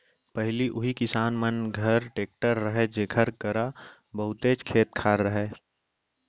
पहिली उही किसान मन घर टेक्टर रहय जेकर करा बहुतेच खेत खार रहय